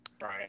Right